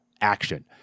action